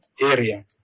area